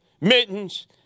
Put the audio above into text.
mittens